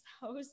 house